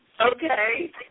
Okay